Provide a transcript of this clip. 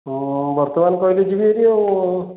ହଁ ବର୍ତ୍ତମାନ କହିଲେ ଯିବିହେରି ଆଉ